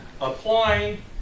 applying